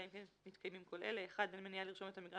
אלא אם כן מתקיימים כל אלה: (1)אין מניעה לרשום את המגרש